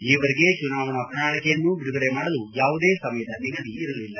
ಈವರೆಗೆ ಚುನಾವಣಾ ಪ್ರಣಾಳಿಕೆಯನ್ನು ಬಿಡುಗಡೆ ಮಾಡಲು ಯಾವುದೇ ಸಮಯದ ನಿಗದಿ ಇರಲಿಲ್ಲ